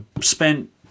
spent